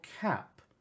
cap